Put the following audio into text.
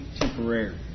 temporary